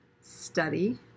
study